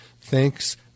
Thanks